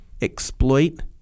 exploit